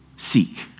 Seek